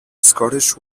scottish